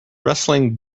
wrestling